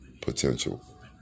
potential